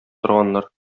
торганнар